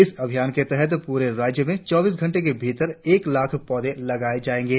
इस अभियान के तहत प्ररे राज्य में चौबीस घंटे के भीतर एक लाख पौधे लगाये जायेंगे